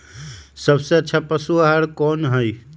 सबसे अच्छा पशु आहार कोन हई?